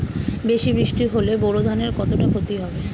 বেশি বৃষ্টি হলে বোরো ধানের কতটা খতি হবে?